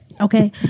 Okay